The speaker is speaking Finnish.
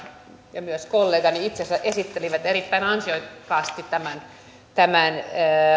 ja myös kollegani itse asiassa esittelivät erittäin ansiokkaasti tämän tämän